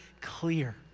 clear